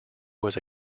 was